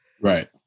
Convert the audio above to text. Right